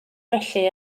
felly